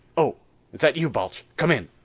oh, is that you, balch? come in.